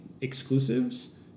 exclusives